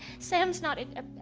sam's not a.